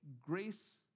grace